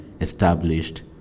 established